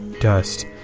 Dust